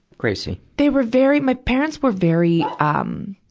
gracie. they were very, my parents were very, um,